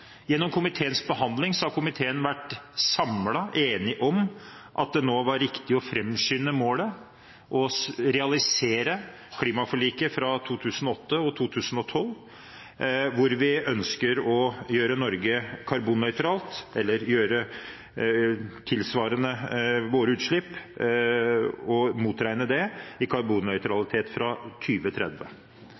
Gjennom komiteens behandling har komiteen vært samlet enig om at det nå var riktig å framskynde målet og realisere klimaforlikene fra 2008 og 2012, hvor vi ønsker å gjøre Norge karbonnøytralt, altså at Norge skal sørge for utslippsreduksjoner tilsvarende norske utslipp fra